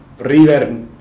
River